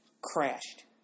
crashed